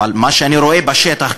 אבל מה שאני רואה בשטח,